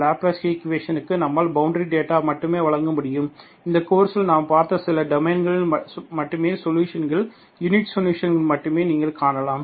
Laplace ஈக்குவேஷனுக்கு நம்மால் boundary data மட்டுமே வழங்க முடியும் இந்தப் கோர்ஸில் நாம் பார்த்த சில டொமைன்களில் மட்டுமே சொலுஷன்கள் யுனிக் சொலுஷன்களை மட்டும் நீங்கள் காணலாம்